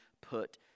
put